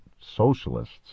socialists